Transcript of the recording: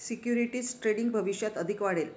securities trading भविष्यात अधिक वाढेल